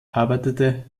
arbeitete